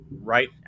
right